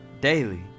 Daily